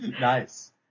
Nice